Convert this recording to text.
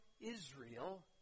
Israel